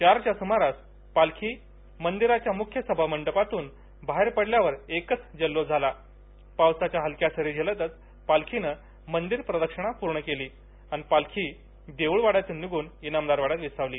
चारच्या सुमारास पालबी मंदिराच्या मुख्य सभामंडपातून बाहेर पडल्यावर एकच जल्लोष झाला पावसाच्या हलक्या सरी झेलतच पालखीनं मंदिर प्रदक्षिणा पूर्ण केली अन पालखी देऊळवाड्यातून निषून इनामदार वाडयात विसावली